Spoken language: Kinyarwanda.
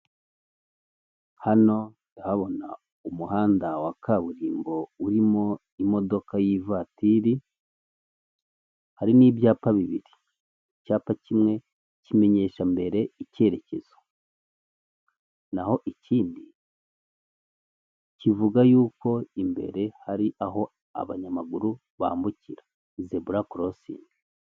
Hano ndahabona umuhanda wa kaburimbo urimo imodoka y'ivatiri harimo ibyapa bibiri, icyapa kimwe kimenyesha mbere icyerekezo naho ikindi kivuga yuko imbere hari aho abanyamaguru bambukira zebura korosingi.